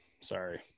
Sorry